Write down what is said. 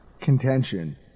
contention